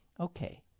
Okay